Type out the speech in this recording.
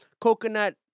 coconut